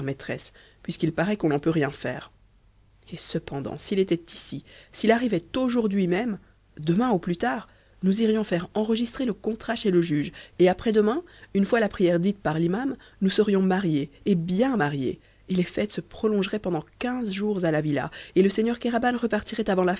maîtresse puisqu'il paraît qu'on n'en peut rien faire et cependant s'il était ici s'il arrivait aujourd'hui même demain au plus tard nous irions faire enregistrer le contrat chez le juge et après-demain une fois la prière dite par l'imam nous serions mariés et bien mariés et les fêtes se prolongeraient pendant quinze jours à la villa et le seigneur kéraban repartirait avant